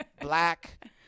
black –